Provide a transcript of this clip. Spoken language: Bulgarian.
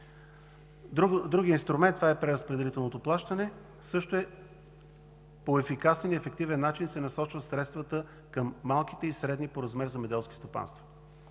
Другият инструмент е преразпределителното плащане. По ефикасен и ефективен начин средствата се насочват към малките и средни по размер земеделски стопанства